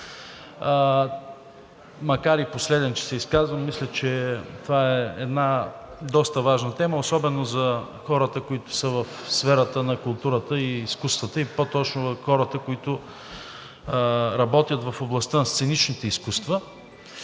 макар и последен, че се изказвам, мисля, че това е една доста важна тема особено за хората, които са в сферата на културата и изкуствата, и по-точно хората, които работят в областта на сценичните изкуства.